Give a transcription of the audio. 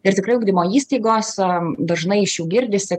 ir tikrai ugdymo įstaigos dažnai iš jų girdisi